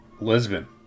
Lisbon